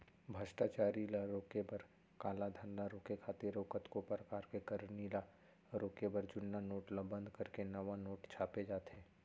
भस्टाचारी ल रोके बर, कालाधन ल रोके खातिर अउ कतको परकार के करनी ल रोके बर जुन्ना नोट ल बंद करके नवा नोट छापे जाथे